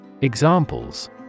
Examples